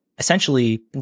Essentially